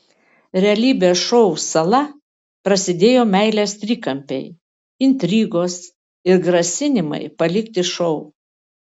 realybės šou sala prasidėjo meilės trikampiai intrigos ir grasinimai palikti šou